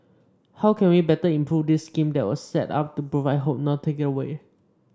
how can we better improve this scheme that was set up to provide hope not take it away